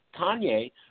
Kanye